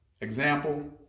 example